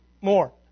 more